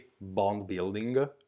bond-building